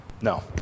No